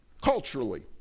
Culturally